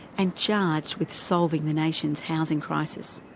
and charged with solving the nation's housing crisis.